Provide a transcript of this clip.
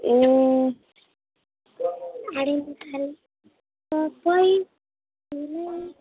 ए